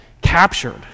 Captured